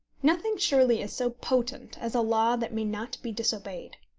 nothing surely is so potent as a law that may not be disobeyed.